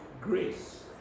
grace